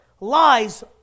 Lies